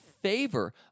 favor